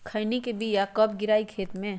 खैनी के बिया कब गिराइये खेत मे?